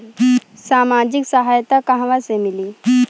सामाजिक सहायता कहवा से मिली?